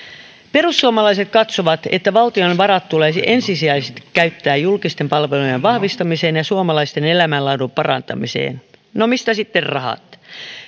perussuomalaiset katsovat että valtion varat tulisi ensisijaisesti käyttää julkisten palvelujen vahvistamiseen ja suomalaisten elämänlaadun parantamiseen no mistä sitten rahat